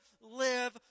live